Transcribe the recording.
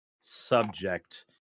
subject